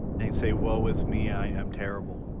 and say woe is me i am terrible